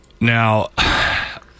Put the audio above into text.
Now